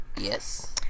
Yes